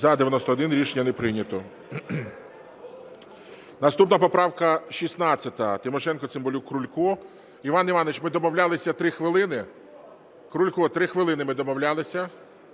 За-91 Рішення не прийнято. Наступна поправка 16, Тимошенко, Цимбалюк, Крулько. Іван Іванович, ми домовлялися, 3 хвилини. Крулько, 3 хвилини, ми домовлялися.